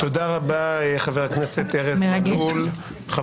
והדבר הבא יהיה למנות ראשי ערים, פשוט להגיד להם: